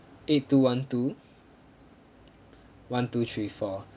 eight two one two one two three four